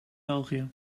belgië